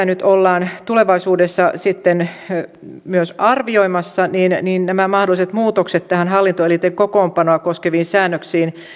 nyt ollaan tulevaisuudessa arvioimassa niin näistä mahdollisista muutoksista näihin hallintoelinten kokoonpanoa koskeviin säännöksiin